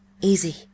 easy